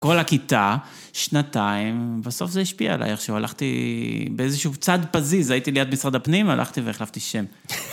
כל הכיתה, שנתיים, בסוף זה השפיע עליי עכשיו, הלכתי... באיזשהו צד פזיז, הייתי ליד משרד הפנים, הלכתי והחלפתי שם.